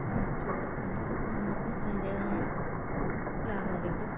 തയ്ച്ച് കൊടുക്കുമ്പോള് നമുക്കും അതിൻറ്റേതായ ലാഭം കിട്ടും